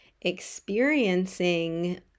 experiencing